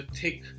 thick